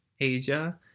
Asia